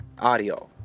audio